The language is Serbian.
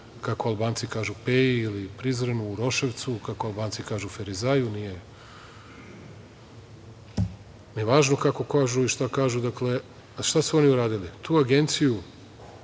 kako Albanci kažu – Peji, Prizrenu ili Uroševcu, kako Albanci kažu – Ferizaju, nije ni važno kako i šta kažu. Dakle, šta su oni uradili? Tu agenciju